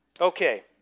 Okay